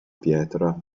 pietra